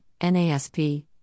NASP